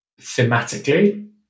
thematically